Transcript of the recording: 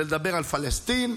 זה לדבר על פלסטין,